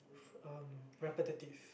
um repetitive